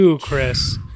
Chris